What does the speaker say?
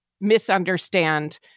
misunderstand